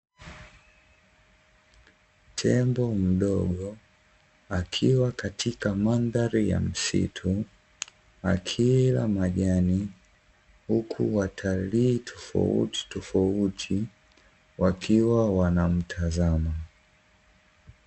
Tembo mdogo, akiwa katika mandhari ya msitu akila majani, huku watalii tofautitofauti wakiwa wanamtazama.